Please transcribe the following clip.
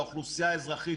לאוכלוסייה האזרחית,